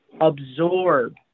absorb